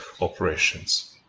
operations